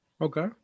Okay